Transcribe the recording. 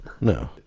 No